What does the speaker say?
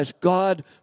God